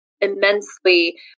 immensely